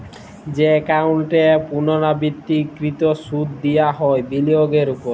যে একাউল্টে পুর্লাবৃত্ত কৃত সুদ দিয়া হ্যয় বিলিয়গের উপর